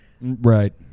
Right